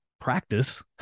practice